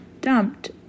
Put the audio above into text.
dumped